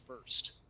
first